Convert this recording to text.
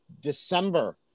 December